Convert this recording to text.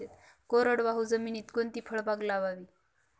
कोरडवाहू जमिनीत कोणती फळबाग लावावी?